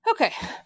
Okay